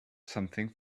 something